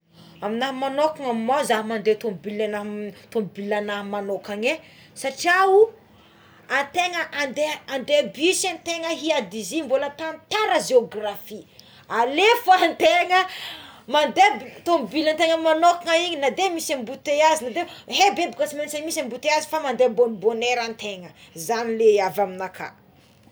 Amignahy manokana mo zaha mandeha tomobila ana tobila agnahy manokagna é satria aho ategna andeha bus ategna hiady izy io mbola tantara geografy ale fô ategna mandeha tomobilategna manokana igny na de misy ambotaiazy eo boka tsy maintsy misy ambotaiazy aleo tegna mande bonbonera ategna zany le avy amignaka.